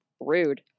rude